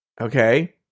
Okay